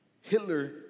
Hitler